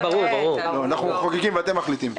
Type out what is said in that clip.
אנחנו המחוקקים ואת המחליטים פה.